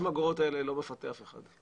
ה-30 אגורות האלה, זה לא מפתה אף אחד.